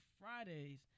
Fridays